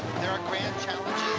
there are grand challenges.